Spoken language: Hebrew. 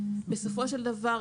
בסופו של דבר,